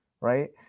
right